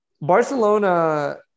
Barcelona